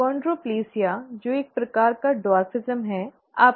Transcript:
achondroplasia जो एक प्रकार का बौनापन है ठीक है